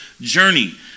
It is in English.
journey